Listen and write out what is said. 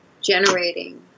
generating